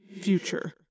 future